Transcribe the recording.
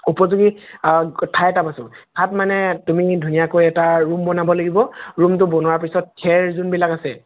উপযোগী ঠাই এটা বাচোঁ তাত মানে তুমি ধুনীয়াকৈ এটা ৰুম বনাব লাগিব ৰুমটো বনোৱাৰ পিছত খেৰ যোনবিলাক আছে